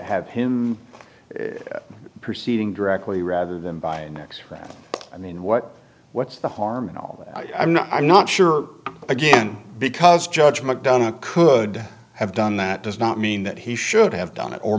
have him proceeding directly rather than by next friday and then what what's the harm in all that i'm not sure again because judge mcdonough could have done that does not mean that he should have done it or